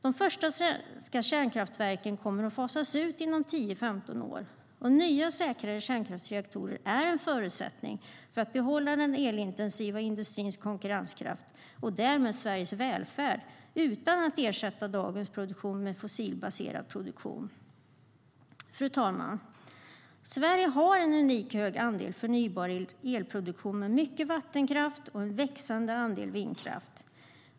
De första svenska kärnkraftverken kommer att fasas ut inom 10-15 år, och nya, säkrare kärnkraftsreaktorer är en förutsättning för att behålla den elintensiva industrins konkurrenskraft och därmed Sveriges välfärd utan att ersätta dagens produktion med fossilbaserad produktion. Fru talman! Sverige har en unik hög andel förnybar elproduktion med mycket vattenkraft och en växande andel vindkraft.